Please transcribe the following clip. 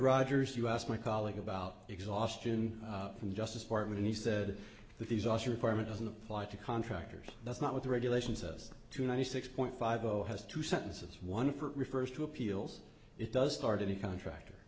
rogers you asked my colleague about exhaustion from the justice department he said that these oss requirement doesn't apply to contractors that's not with the regulations us to ninety six point five zero has two sentences one for refers to appeals it does start any contractor